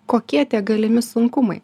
kokie tie galimi sunkumai